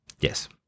Yes